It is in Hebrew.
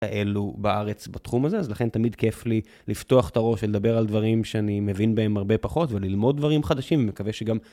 האלו בארץ בתחום הזה, אז לכן תמיד כיף לי לפתוח את הראש, לדבר על דברים שאני מבין בהם הרבה פחות וללמוד דברים חדשים ומקווה שגם...